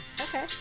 okay